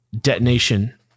detonation